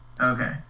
Okay